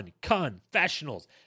confessionals